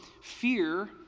Fear